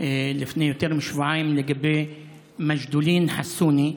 לפני יותר משבועיים לגבי מג'דולין חסוני,